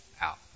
out